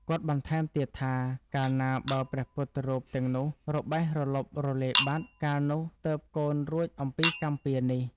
គាត់បន្ថែមទៀតថា កាលណាបើព្រះពុទ្ធរូបទាំងនោះរបេះរលុបរលាយបាត់ កាលនោះទើបកូនរួចអំពីកម្មពៀរនេះ។